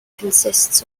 consists